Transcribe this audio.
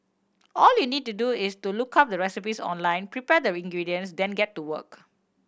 all you need to do is to look up the recipes online prepare the ingredients then get to work